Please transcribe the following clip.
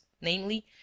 namely